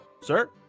Sir